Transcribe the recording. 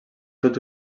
tot